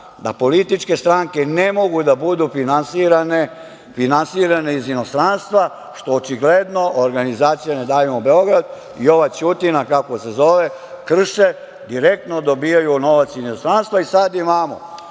da političke stranke ne mogu da budu finansirane iz inostranstva, što očigledno organizacija "Ne davimo Beograd" i ova Ćutina kako se zove, krše i direktno dobijaju novac iz inostranstva. Sad imamo